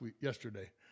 yesterday